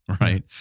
Right